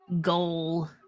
goal